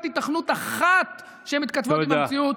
היתכנות אחת שהן מתכתבות עם המציאות.